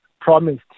promised